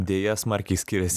deja smarkiai skiriasi